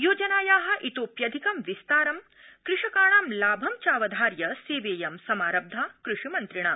योजनाया इतोप्यधिकं विस्तारं कृषकाणां लाभं चावधार्य सेवेऽयं समारब्धा कृषिमन्त्रिणा